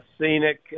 scenic